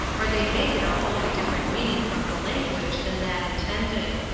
or they may get a wholly different meaning from the language than that intended.